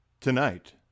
tonight